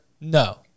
No